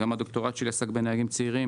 וגם הדוקטורט שלי עסק בנהגים צעירים.